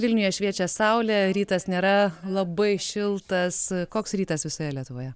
vilniuje šviečia saulė rytas nėra labai šiltas koks rytas visoje lietuvoje